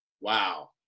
wow